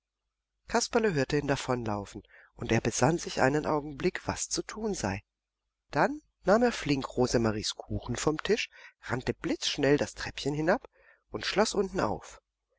kasperle hörte ihn davonlaufen und er besann sich einen augenblick was zu tun sei dann nahm er flink rosemaries kuchen vom tisch rannte blitzschnell das treppchen hinab und schloß unten auf